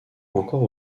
encore